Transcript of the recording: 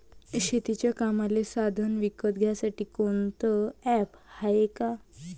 शेतीच्या कामाचे साधनं विकत घ्यासाठी कोनतं ॲप हाये का?